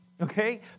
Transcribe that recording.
okay